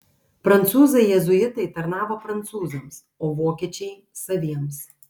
prancūzai jėzuitai tarnavo prancūzams o vokiečiai saviems